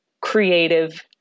creative